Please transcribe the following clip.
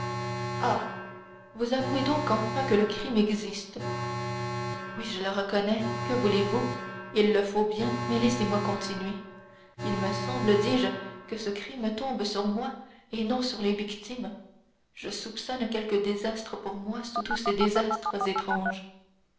vous avouez donc enfin que le crime existe oui je le reconnais que voulez-vous il le faut bien mais laissez-moi continuer il me semble dis-je que ce crime tombe sur moi seul et non sur les victimes je soupçonne quelque désastre pour moi sous tous ces désastres étranges